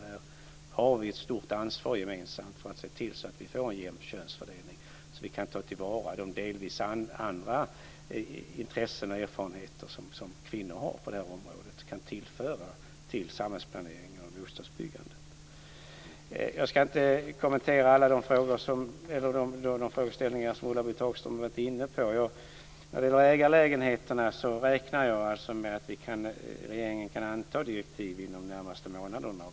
Här har vi ett stort ansvar gemensamt för att se till att vi får en jämn könsfördelning och kan ta till vara de delvis andra intressen och erfarenheter som kvinnor har på det här området och kan tillföra samhällsplaneringen och bostadsbyggandet. Jag ska inte kommentera alla de frågeställningar som Ulla-Britt Hagström har varit inne på. När det gäller ägarlägenheterna räknar jag alltså med att regeringen kan anta direktiv inom de närmaste månaderna.